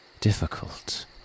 difficult